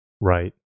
Right